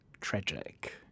tragic